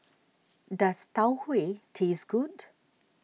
does Tau Huay taste good